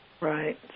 Right